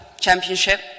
championship